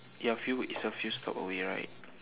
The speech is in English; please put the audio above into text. ya a few it's a few stop away right